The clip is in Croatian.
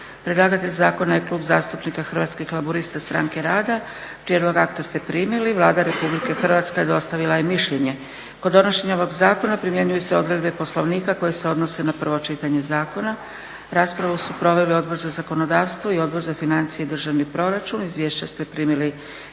Predlagatelj Klub zastupnika Hrvatskih laburista-Stranke rada. Prijedlog akta ste primili. Vlada RH dostavila je mišljenje. Kod donošenja ovog zakona primjenjuju se odredbe Poslovnika koje se odnose na prvo čitanje zakona. Raspravu su proveli Odbora za zakonodavstvo i Odbora za financije i državni proračun. Izvješća ste primili na